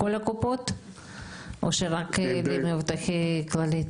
יש מסוק בכוננות 24/7. זמן טיסה לסורוקה,